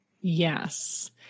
Yes